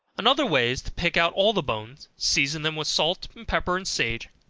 another way is to pick out all the bones, season them with salt, pepper and sage,